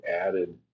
added